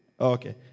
okay